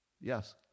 yes